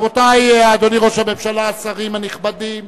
רבותי, אדוני ראש הממשלה, השרים הנכבדים,